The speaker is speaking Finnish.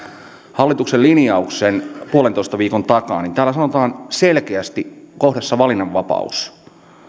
hallituksen linjauksen puolentoista viikon takaa niin täällä sanotaan selkeästi kohdassa valinnanvapaus että